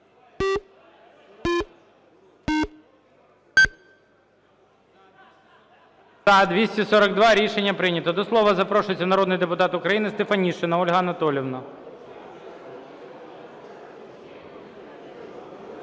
За-242 Рішення прийнято. До слова запрошується народний депутат України Стефанишина Ольга Анатоліївна.